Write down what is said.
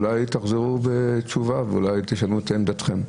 אולי תחזרו בתשובה ואולי תשנו את עמדתכם.